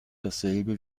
dasselbe